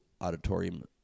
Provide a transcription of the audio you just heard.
auditorium